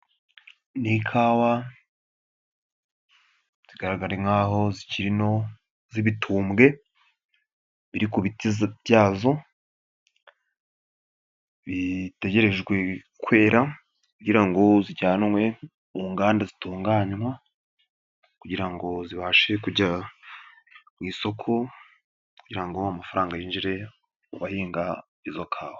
Ni ikawa zigaraga nk'aho zikiri nto z'ibitumbwe biri ku biti byazo bitegerejwe kwera kugira ngo zijyanwe mu nganda zitunganywa, kugira ngo zibashe kujya ku isoko kugira ngo amafaranga yinjire ku bahinga izo kawa.